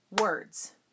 words